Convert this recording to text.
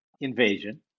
invasion